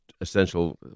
essential